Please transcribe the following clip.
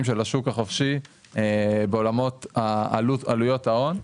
של השוק החופשי בעולמות עלות עלויות ההון.